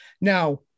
Now